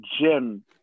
gym